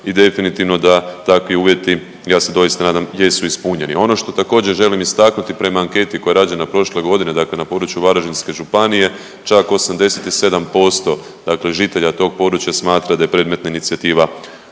i definitivno da takvi uvjeti ja se doista nadam jesu ispunjeni. Ono što također želim istaknuti prema anketi koja je rađena prošle godine, dakle na području Varaždinske županije čak 87%, dakle žitelja tog područja smatra da je predmetna inicijativa